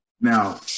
Now